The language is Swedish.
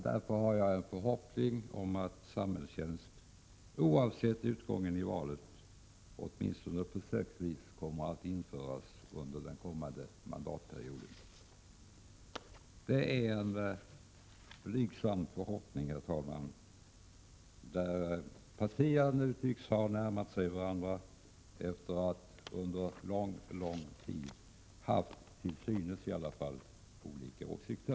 Därför har jag en förhoppning om att samhällstjänst — oavsett utgången i valet — åtminstone försöksvis kommer att införas under den kommande mandatperioden. Det är en blygsam förhoppning. Men herr talman, partierna tycks ju nu ha närmat sig varandra efter att under en mycket lång tid ha haft, till synes, helt olika åsikter.